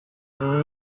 when